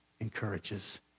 encourages